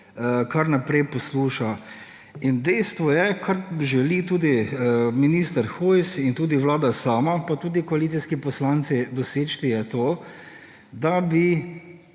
kar naprej posluša. Dejstvo je, kar želi tudi minister Hojs in tudi vlada sama pa tudi koalicijski poslanci doseči, je to, da bi